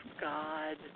God